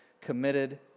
committed